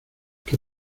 que